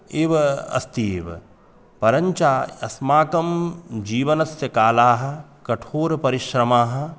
एव अस्ति एव परञ्च अस्माकं जीवनस्य काले कठोराः परिश्रमाः